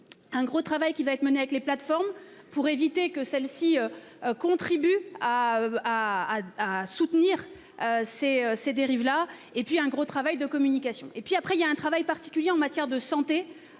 Un gros travail qui va être menée avec les plateformes pour éviter que celle-ci. Contribue. À soutenir ces ces dérives-là et puis un gros travail de communication et puis après il y a un travail particulier en matière de santé